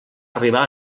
arribar